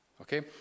okay